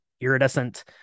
iridescent